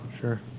Sure